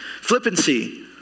flippancy